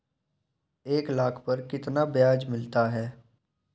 एक लाख पर कितना ब्याज मिलता है?